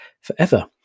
forever